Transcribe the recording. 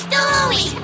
story